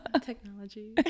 Technology